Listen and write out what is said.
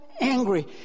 angry